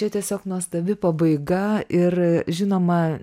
tai tiesiog nuostabi pabaiga ir žinoma